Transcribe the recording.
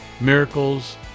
miracles